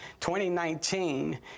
2019